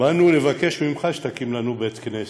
באנו לבקש ממך שתקים לנו בית-כנסת.